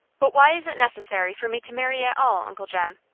but why is it necessary for me to marry at all, uncle john?